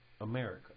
America